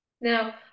Now